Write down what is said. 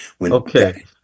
Okay